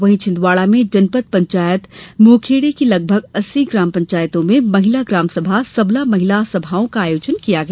वहीं छिंदवाड़ा में जनपद पंचायत मोहखेड़ की लगभग अस्सी ग्राम पंचायतों में महिला ग्रामसभा सबला महिला सभाओं का आयोजन किया गया